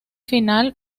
final